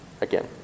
again